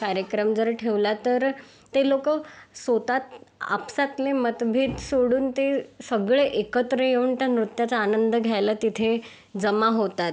कार्यक्रम जर ठेवला तर ते लोक स्वत आपसातले मतभेद सोडून ते सगळे एकत्र येऊन त्या नृत्याचा आनंद घ्यायला तिथे जमा होतात